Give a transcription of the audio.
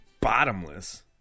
bottomless